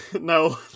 No